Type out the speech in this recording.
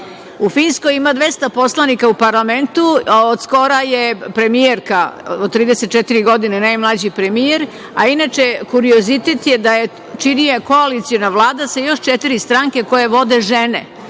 U Finskom ima 200 poslanika u parlamentu, a od skoro je premijerka od 34 godine najmlađi premijer, a inače kuriozitet je da je čini koaliciona vlada sa još četiri stranke koje vode žene,